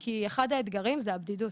כי אחד האתגרים הוא הבדידות.